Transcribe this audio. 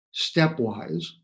stepwise